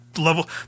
Level